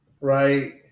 right